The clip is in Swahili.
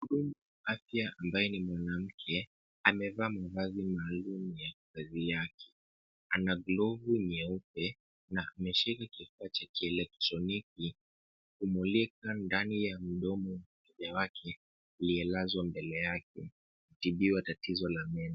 Mhudumu wa afya ambaye ni mwanamke amevaa mavazi maalum ya samawati. Ana glovu nyeupe na ameshika kifaa cha kielektroniki kumulika ndani ya mdomo yake aliyelazwa mbele yake kutibiwa tatizo la meno.